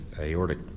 aortic